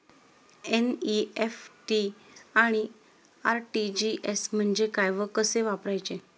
NEFT आणि RTGS म्हणजे काय व कसे वापरायचे?